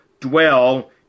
dwell